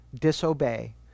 disobey